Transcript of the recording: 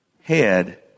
head